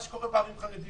מה שקורה בערים חרדיות.